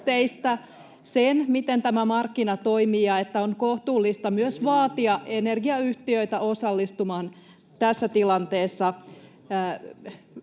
miten tämä markkina toimii ja että on kohtuullista myös vaatia energiayhtiöitä osallistumaan tässä tilanteessa